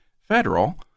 federal